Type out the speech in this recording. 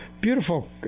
beautiful